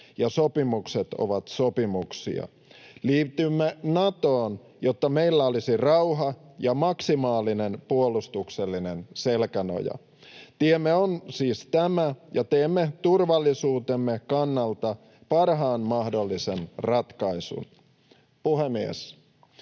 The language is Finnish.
ja sopimukset ovat sopimuksia. Liitymme Natoon, jotta meillä olisi rauha ja maksimaalinen puolustuksellinen selkänoja. Tiemme on siis tämä, ja teemme turvallisuutemme kannalta parhaan mahdollisen ratkaisun. Puhemies!